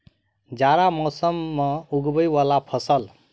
जाड़ा मौसम मे उगवय वला फसल?